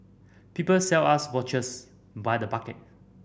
people sell us watches by the bucket